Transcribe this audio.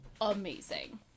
amazing